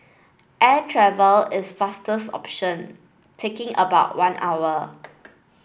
air travel is fastest option taking about one hour